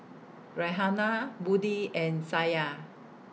Raihana Budi and Syah